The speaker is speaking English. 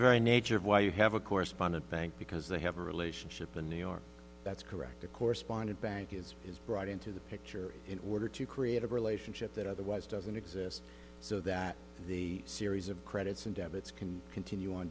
very nature of why you have a correspondent bank because they have a relationship in new york that's correct the correspondent bank is is brought into the picture in order to create a relationship that otherwise doesn't exist so that the series of credits and debits can continue on